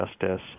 justice